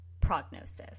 prognosis